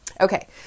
Okay